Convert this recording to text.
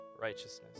righteousness